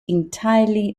entirely